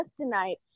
tonight